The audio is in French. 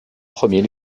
premiers